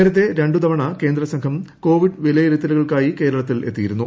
നേരത്തെ രണ്ട് തവണ കേന്ദ്രസംഘം കോവിഡ് വിലയിരുത്തലുകൾക്കായി കേരളത്തിലെത്തിയിരുന്നു